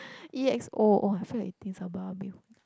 E_X_O oh I feel like eating Sabah meal